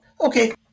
okay